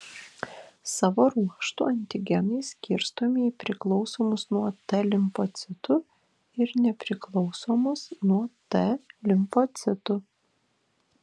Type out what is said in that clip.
savo ruožtu antigenai skirstomi į priklausomus nuo t limfocitų ir nepriklausomus nuo t limfocitų